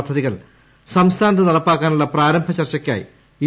പദ്ധതികൾ സംസ്ഥാനത്ത് നിടപ്പാക്കാനുള്ള പ്രാരംഭ ചർച്ചയ്ക്കായി യു